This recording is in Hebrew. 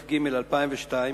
התשס"ג 2002,